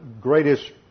greatest